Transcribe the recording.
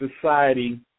Society